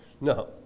No